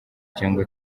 cyangwa